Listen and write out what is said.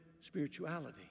spirituality